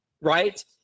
right